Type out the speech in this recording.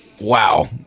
wow